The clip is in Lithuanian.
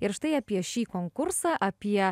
ir štai apie šį konkursą apie